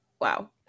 Wow